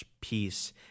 peace